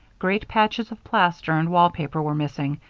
great patches of plaster and wall paper were missing,